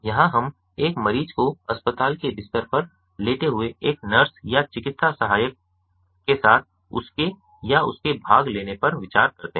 यहां हम एक मरीज को अस्पताल के बिस्तर पर लेटे हुए एक नर्स या चिकित्सा सहायक के साथ उसके या उसके भाग लेने पर विचार करते हैं